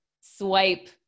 swipe